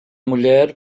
mulher